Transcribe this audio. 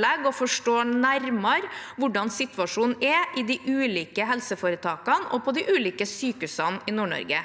og forstå nærmere hvordan situasjonen er i de ulike helseforetakene og på de ulike sykehusene i Nord-Norge.